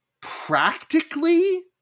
Practically